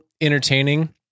entertaining